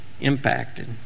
impacted